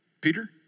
Peter